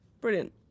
brilliant